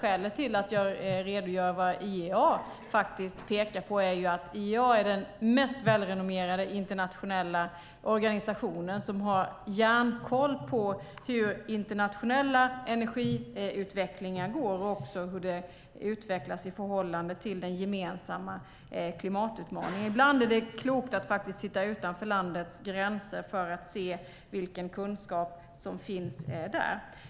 Skälet till att jag redogör för vad IEA pekar på är att IEA är den mest välrenommerade internationella organisationen som har hjärnkoll på internationella energiutvecklingar och också i förhållande till den gemensamma klimatutmaningen. Ibland är det klokt att titta utanför landets gränser för att se vilken kunskap som finns där.